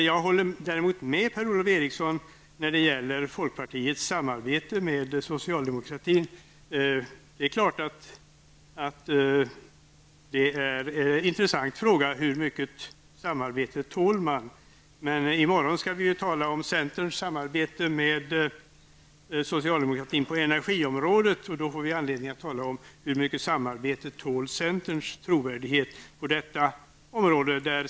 Jag håller däremot med Per-Ola Eriksson när det gäller folkpartiets samarbete med socialdemokratin. Det är klart att det är en intressant fråga hur mycket samarbete man tål. Men i morgon skall vi ju tala om centerns samarbete med socialdemokratin på energiområdet. Då får vi anledning att tala om hur mycket samarbete centerns trovärdighet tål på detta område.